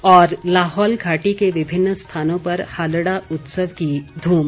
और लाहौल घाटी के विभिन्न स्थानों पर हालड़ा उत्सव की ध्रम